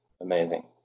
Amazing